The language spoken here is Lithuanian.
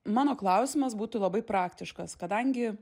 mano klausimas būtų labai praktiškas kadangi